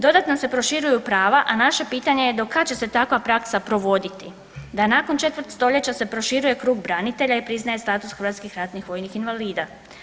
Dodatno se proširuju prava, a naše pitanje je do kad će se takva praksa provoditi, da nakon četvrt stoljeća se proširuje krug branitelja i priznaje status hrvatskih ratnih vojnih invalida.